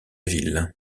ville